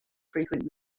frequent